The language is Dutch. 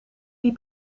die